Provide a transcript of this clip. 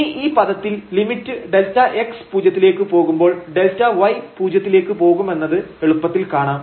ഇനി ഈ പദത്തിൽ ലിമിറ്റ് Δx പൂജ്യത്തിലേക്ക് പോകുമ്പോൾ Δy പൂജ്യത്തിലേക്ക് പോകുമെന്നത് എളുപ്പത്തിൽ കാണാം